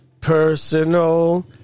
personal